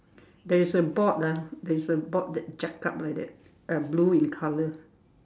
there is a board ah there is board like jack up like that uh blue in colour